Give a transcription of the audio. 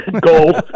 Gold